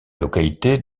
localité